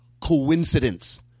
Coincidence